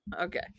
Okay